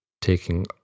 taking